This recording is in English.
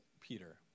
Peter